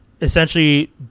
essentially